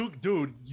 Dude